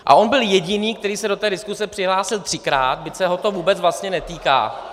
A on byl jediný, který se do té diskuse přihlásil třikrát, byť se ho to vůbec vlastně netýká.